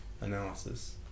analysis